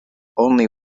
only